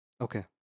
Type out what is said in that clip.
Okay